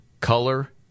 color